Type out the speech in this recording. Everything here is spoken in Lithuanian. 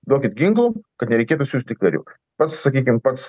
duokit ginklų kad nereikėtų siųsti karių pats sakykim pats